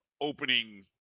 opening